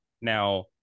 Now